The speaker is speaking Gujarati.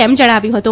તેમ જણાવ્યું છે